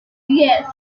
yes